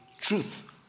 truth